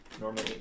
normally